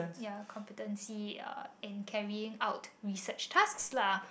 ya competency in carrying on research task lah